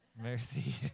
Mercy